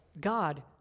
God